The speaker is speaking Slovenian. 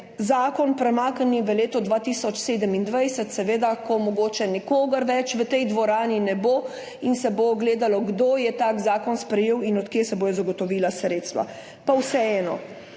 zakon premaknili v leto 2027, seveda, ko mogoče nikogar več v tej dvorani ne bo in se bo gledalo, kdo je tak zakon sprejel in od kje se bodo zagotovila sredstva. Veliko